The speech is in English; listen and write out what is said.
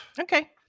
Okay